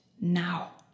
now